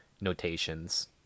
notations